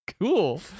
Cool